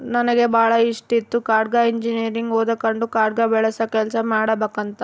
ನನಗೆ ಬಾಳ ಇಷ್ಟಿತ್ತು ಕಾಡ್ನ ಇಂಜಿನಿಯರಿಂಗ್ ಓದಕಂಡು ಕಾಡ್ನ ಬೆಳಸ ಕೆಲ್ಸ ಮಾಡಬಕಂತ